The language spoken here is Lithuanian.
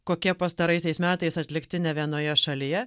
kokie pastaraisiais metais atlikti nė vienoje šalyje